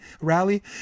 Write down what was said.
rally